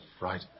right